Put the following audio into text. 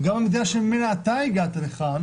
גם מהמדינה שאתה הגעת משם.